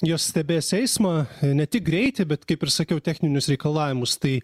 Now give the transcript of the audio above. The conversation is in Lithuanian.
jos stebės eismą ne tik greitį bet kaip ir sakiau techninius reikalavimus tai